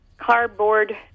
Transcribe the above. cardboard